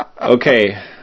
Okay